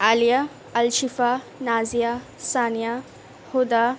Aliya Alshifa Nazia Sania Huda